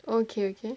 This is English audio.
okay okay